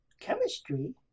Chemistry